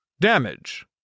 Damage